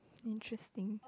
interesting